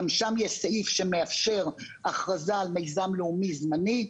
גם שם יש סעיף שמאפשר הכרזה על מיזם לאומי זמני.